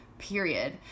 period